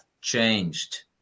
changed